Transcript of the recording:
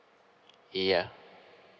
yeah